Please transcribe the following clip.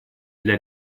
для